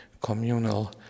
communal